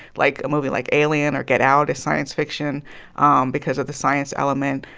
like, a movie like alien or get out a science fiction um because of the science element